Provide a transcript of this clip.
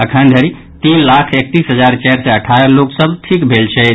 अखन धरि तीन लाख एकतीस हजार चारि सय अठारह लोक सभ ठीक भेल छथि